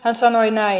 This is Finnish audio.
hän sanoi näin